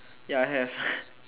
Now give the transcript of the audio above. ya I have